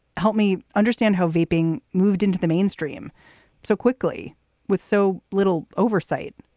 helped me understand how vaping moved into the mainstream so quickly with so little oversight.